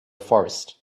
forest